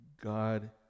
god